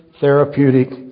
therapeutic